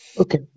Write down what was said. Okay